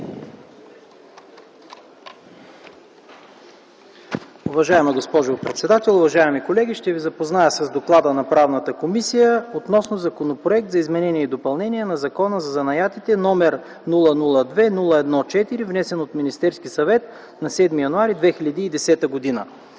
Уважаема госпожо председател, уважаеми колеги, ще ви запозная с Доклада на Правната комисия относно Законопроект за изменение и допълнение на Закона за занаятите № 002-01-4, внесен от Министерския съвет на 7 януари 2010 г.